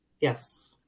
Yes